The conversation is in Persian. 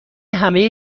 همه